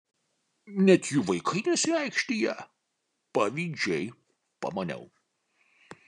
net jų vaikai nesiaikštija pavydžiai pamaniau